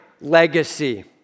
legacy